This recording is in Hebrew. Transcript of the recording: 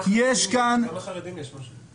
כמה חרדים יש, משה?